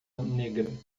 negra